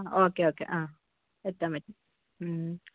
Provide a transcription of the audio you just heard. okay okay ആ എത്താൻപറ്റും മ്